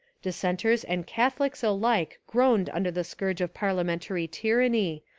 dissenters and catholics alike groaned under the scourge of parliamentary tyranny,